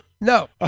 No